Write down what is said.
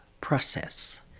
process